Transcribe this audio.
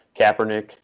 Kaepernick